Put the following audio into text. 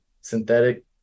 synthetic